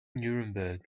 nuremberg